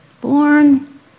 born